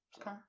Okay